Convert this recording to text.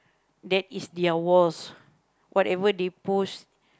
there is their walls whatever they post